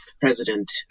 president